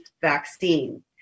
vaccine